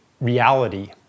reality